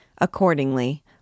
Accordingly